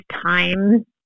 time